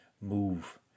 move